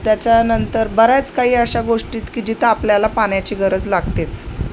त्याच्यानंतर बऱ्याच काही अशा गोष्टीत की जिथं आपल्याला पाण्याची गरज लागतेच